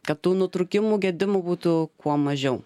kad tų nutrūkimų gedimų būtų kuo mažiau